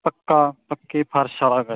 ਪੱਕਾ ਪੱਕੇ ਫ਼ਰਸ਼ ਵਾਲਾ ਹੈਗਾ ਜੀ ਹਾਂ